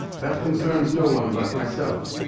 that concerns no one but myself.